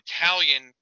Italian